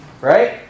Right